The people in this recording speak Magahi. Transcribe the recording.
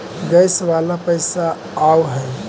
गैस वाला पैसा आव है?